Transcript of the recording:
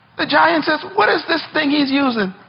the giant says, what is this thing he's using?